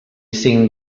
cinc